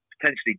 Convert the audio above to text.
potentially